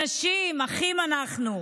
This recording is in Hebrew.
אנשים אחים אנחנו,